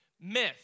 Myth